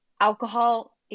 alcohol